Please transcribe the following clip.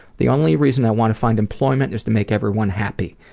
the only reason i want to find employment is to make everyone happy.